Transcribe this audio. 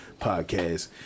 podcast